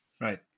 Right